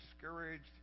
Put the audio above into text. discouraged